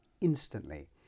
instantly